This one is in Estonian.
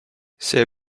see